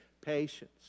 patience